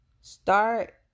Start